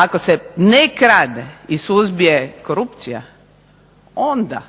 Ako se ne krade i suzbije korupcija, onda